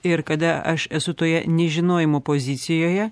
ir kada aš esu toje nežinojimo pozicijoje